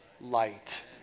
light